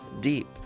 deep